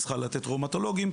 היא צריכה לתת ראומטולוגים,